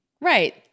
right